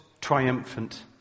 triumphant